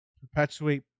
Perpetuate